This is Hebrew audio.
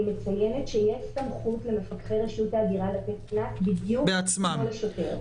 אני מציינת שיש סמכות למפקחי רשות ההגירה לתת קנס בדיוק כמו שוטר.